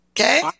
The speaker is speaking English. Okay